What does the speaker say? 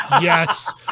Yes